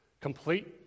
Complete